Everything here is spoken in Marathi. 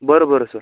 बरं बरं सर